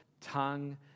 tongue